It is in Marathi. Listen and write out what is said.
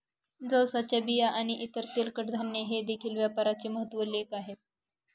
जवसाच्या बिया आणि इतर तेलकट धान्ये हे देखील व्यापाराचे महत्त्वाचे लेख आहेत